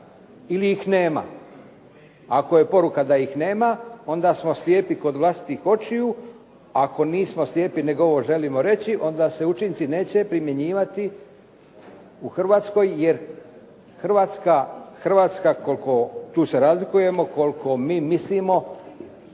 ili ih nema. Ako je poruka da ih nema onda smo slijepi kod vlastitih očiju, a ako nismo slijepi nego ovo želimo reći onda se učinci neće primjenjivati u Hrvatskoj jer Hrvatska koliko, tu se razlikujemo, mi mislimo